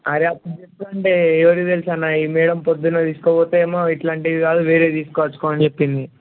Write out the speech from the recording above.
అరే అప్పుడు తీసుకొని ఉండే ఎవరికి తెలుసు అన్న ఈ మేడం పొద్దున్న తీసుకోపోతే ఏమో ఇలాంటివి కాదు వేరేవి తీసుకు వచ్చుకో అని చెప్పింది